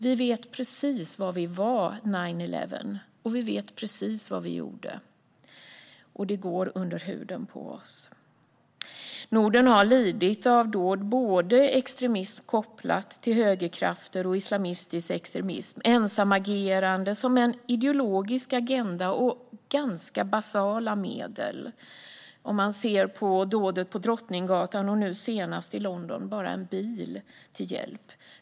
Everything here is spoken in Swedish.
Vi vet precis var vi var "nine eleven", och vi vet precis vad vi gjorde. Det går under huden på oss. Norden har lidit av extremistiska dåd kopplade till högerkrafter och islamistisk extremism och utförda av ensamagerande med en ideologisk agenda och ganska basala medel till hjälp - vid dådet på Drottninggatan och nu senast i London bara en bil.